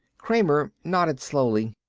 kramer nodded slowly.